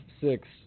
six